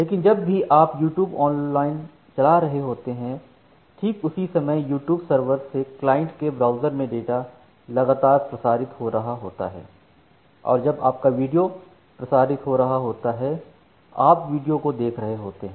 लेकिन जब भी आप यूट्यूब ऑनलाइन चला रहे होते हो ठीक उसी समय यूट्यूब सर्वर से क्लाइंट के ब्राउजर में डाटा लगातार प्रसारित हो रहा होता है और जब आपका वीडियो डाटा प्रसारित कर रहा होता है आप वीडियो को देख रहे होते हैं